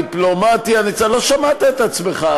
הדיפלומטיה, לא שמעת את עצמך.